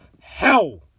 hell